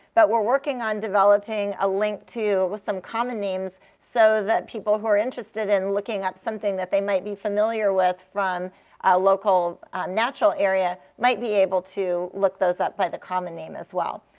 but we're working on developing a link to some common names so that people who are interested in looking at something that they might be familiar with from a local natural area might be able to look those up by the common name as well.